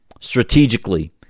strategically